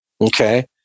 Okay